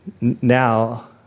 Now